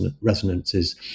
resonances